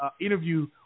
interview